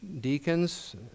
deacons